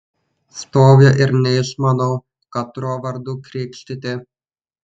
stoviu ir neišmanau katruo vardu krikštyti